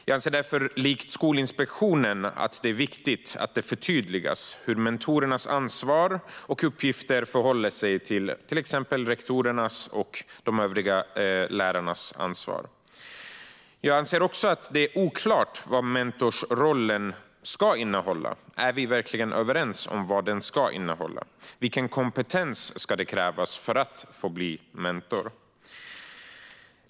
Jag anser därför, likt Skolinspektionen, att det är viktigt att det förtydligas hur mentorernas ansvar och uppgifter förhåller sig till exempelvis rektorernas och de övriga lärarnas ansvar. Jag anser också att det är oklart vad mentorsrollen ska innehålla. Är vi verkligen överens om vad den ska innehålla? Vilken kompetens ska krävas för att få bli mentor?